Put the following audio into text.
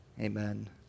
Amen